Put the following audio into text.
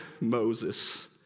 Moses